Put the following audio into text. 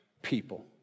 people